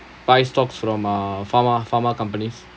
buy stocks from uh pharma pharma companies